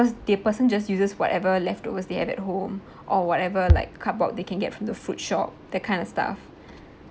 the person just uses whatever leftovers they have at home or whatever like cardboard they can get from the fruit shop that kind of stuff